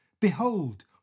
behold